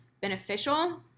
beneficial